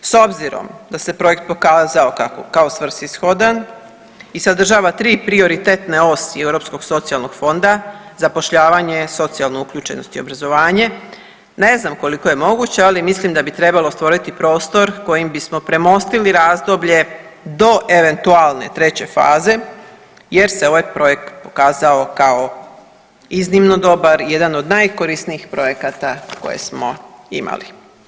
S obzirom da se projekt pokazao kao svrsishodan i sadržava tri prioritetne osi Europskog socijalnog fonda, zapošljavanje, socijalnu uključenost i obrazovanje, ne znam koliko je moguće, ali mislim da bi trebalo stvoriti prostor kojim bismo premostili razdoblje do eventualne treće faze jer se ovaj projekt pokazao kao iznimno dobar i jedan od najkorisnijih projekata koje smo imali.